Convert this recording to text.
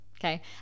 okay